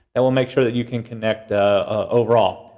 that will make sure that you can connect overall.